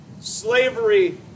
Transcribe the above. Slavery